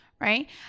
Right